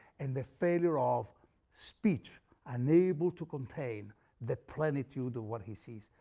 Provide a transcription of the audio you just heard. and the failure of speech unable to contain the plentitude of what he sees.